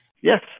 Yes